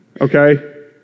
okay